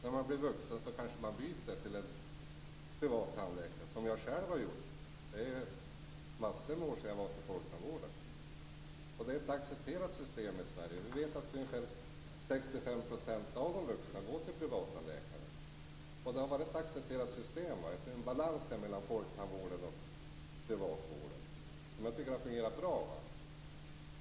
När man blir vuxen kanske man byter till en privat tandläkare. Det har jag själv gjort. Det är många år sedan jag besökte folktandvården. Det är ett accepterat system i Sverige. Det är 65 % av den vuxna befolkningen som går till privattandläkare. Det är ett accepterat system. Då finns det en balans mellan folktandvården och privattandvården som har fungerat bra.